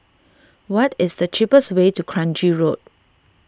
what is the cheapest way to Kranji Road